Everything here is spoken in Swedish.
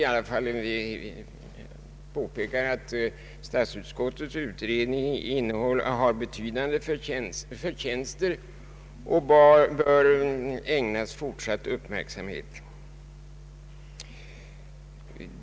Men departementschefen framhåller samtidigt att han anser att statskontorets utredning har betydande förtjänster och bör ägnas fortsatt uppmärksamhet.